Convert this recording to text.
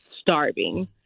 starving